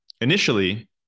initially